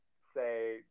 say